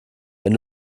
wenn